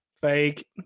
Fake